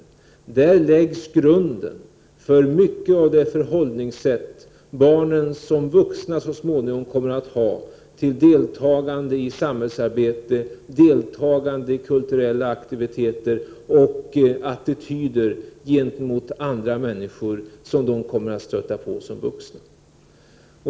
I skolan läggs grunden för mycket av det förhållningssätt som barnen så småningom som vuxna kommer att ha till deltagande i samhällsarbete och i kulturella aktiviteter och till attityder gentemot andra människor som de kommer att stöta på.